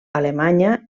alemanya